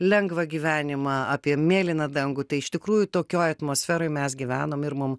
lengvą gyvenimą apie mėlyną dangų tai iš tikrųjų tokioj atmosferoj mes gyvenom ir mum